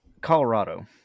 Colorado